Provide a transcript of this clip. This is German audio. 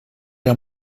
der